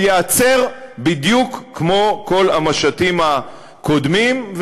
הוא ייעצר בדיוק כמו כל המשטים הקודמים,